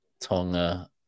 Tonga